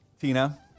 Tina